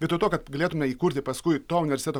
vietoj to kad galėtume įkurti paskui to universiteto